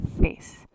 face